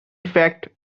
fact